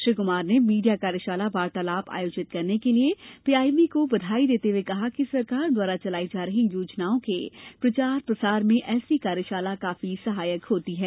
श्री कुमार ने मीडिया कार्यशाला वार्तालाप आयोजित करने के लिये पीआईबी को बधाई देते हुए कहा कि सरकार द्वारा चलाई जा रही योजनाओं के प्रचार प्रसार में ऐसी कार्यशाला काफी सहायक होती हैं